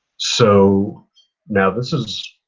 so now this is